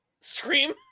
Scream